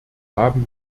haben